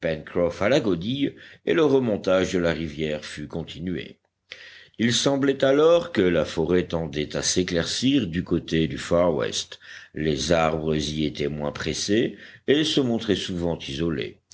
godille et le remontage de la rivière fut continué il semblait alors que la forêt tendait à s'éclaircir du côté du far west les arbres y étaient moins pressés et se montraient souvent isolés